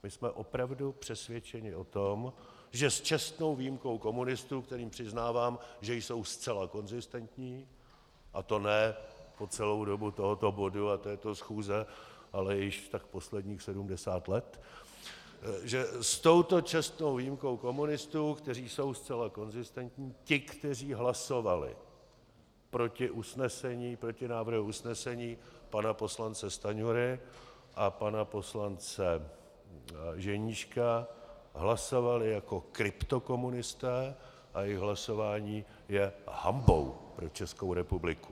My jsme opravdu přesvědčeni o tom, že s čestnou výjimkou komunistů, kterým přiznávám, že jsou zcela konzistentní, a to ne po celou dobu tohoto bodu a této schůze, ale již tak posledních 70 let, s touto čestnou výjimkou komunistů, kteří jsou zcela konzistentní, ti, kteří hlasovali proti usnesení, proti návrhu usnesení pana poslance Stanjury a pana poslance Ženíška, hlasovali jako kryptokomunisté, a jejich hlasování je hanbou pro Českou republiku.